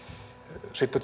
sitten